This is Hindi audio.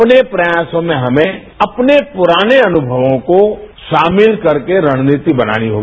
अपने प्रयासों में हमें अपने पुराने अनुभवों को शामिल करके रणनीति बनानी होगी